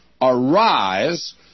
arise